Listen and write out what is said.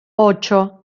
ocho